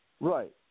Right